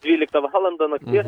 dvyliktą valandą nakties